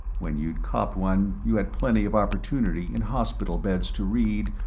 when you'd copped one you had plenty of opportunity in hospital beds to read,